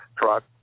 truck